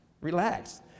relax